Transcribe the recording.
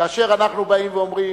כאשר אנחנו באים ואומרים: